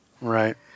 Right